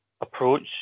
approach